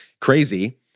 crazy